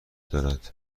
دارد